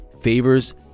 favors